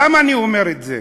למה אני אומר את זה?